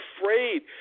afraid